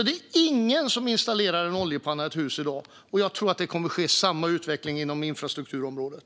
Det är ingen som installerar en oljepanna i ett hus i dag, och jag tror att samma utveckling kommer att ske inom infrastrukturområdet.